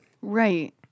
Right